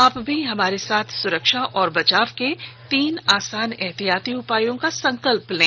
आप भी हमारे साथ सुरक्षा और बचाव के तीन आसान एहतियाती उपायों का संकल्प लें